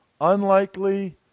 unlikely